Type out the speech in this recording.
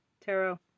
tarot